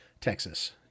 Texas